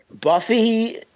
Buffy